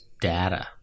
data